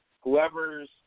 whoever's